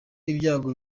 ibyago